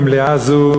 במליאה זו,